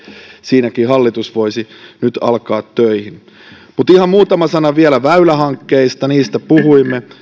siinäkin hallitus voisi nyt alkaa töihin mutta ihan muutama sana vielä väylähankkeista niistä puhuimme